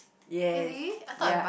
yes ya